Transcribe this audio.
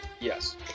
Yes